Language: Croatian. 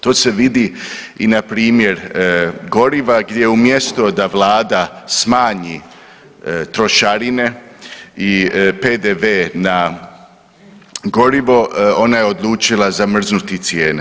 To se vidi i na primjer goriva gdje umjesto da Vlada smanji trošarine i PDV na gorivo ona je odlučila zamrznuti cijene.